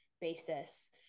basis